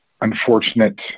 unfortunate